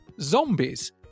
Zombies